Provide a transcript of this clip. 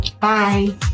Bye